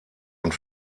und